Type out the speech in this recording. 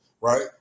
Right